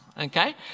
Okay